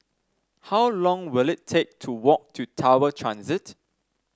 how long will it take to walk to Tower Transit